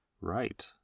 Right